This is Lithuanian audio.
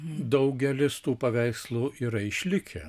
daugelis tų paveikslų yra išlikę